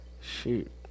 Shoot